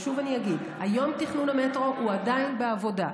שוב אני אגיד, היום תכנון המטרו הוא עדיין בעבודה.